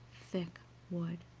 thick wood.